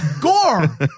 Gore